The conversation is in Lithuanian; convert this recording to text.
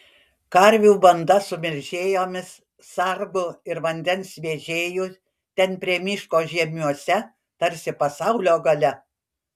karvių banda su melžėjomis sargu ir vandens vežėju ten prie miško žiemiuose tarsi pasaulio gale